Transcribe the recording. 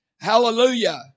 Hallelujah